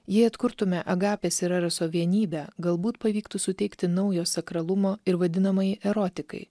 jei atkurtume agapės ir eroso vienybę galbūt pavyktų suteikti naujo sakralumo ir vadinamai erotikai